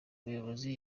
muyobozi